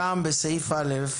שם, בסעיף א',